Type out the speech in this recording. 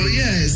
yes